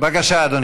בבקשה, אדוני.